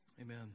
Amen